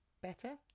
better